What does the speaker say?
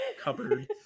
cupboard